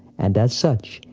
and as such,